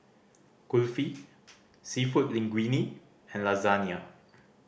Kulfi Seafood Linguine and Lasagne